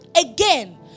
again